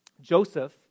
Joseph